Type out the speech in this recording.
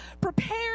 prepare